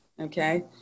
okay